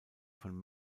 von